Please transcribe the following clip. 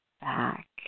back